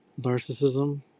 narcissism